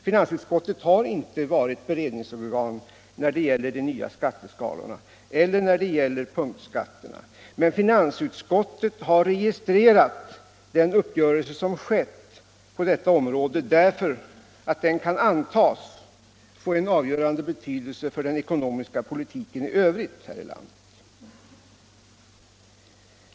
Finansutskottet har inte varit beredningsorgan när det gäller de nya skatteskalorna eller när det gäller punktskatterna. Men finansutskottet har registrerat den uppgörelse som skett på detta område därför att den kan antas få en avgörande betydelse för den ekonomiska politiken i övrigt här i landet.